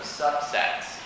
subsets